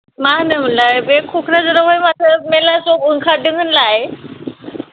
मा होनोमोनलाय बे क'क्राझाराव माथो मेल्ला जब ओंखारदों होनलाय